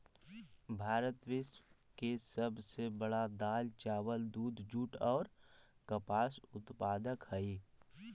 भारत विश्व के सब से बड़ा दाल, चावल, दूध, जुट और कपास उत्पादक हई